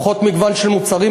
פחות מגוון של מוצרים,